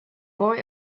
boy